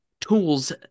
tools